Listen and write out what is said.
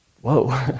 Whoa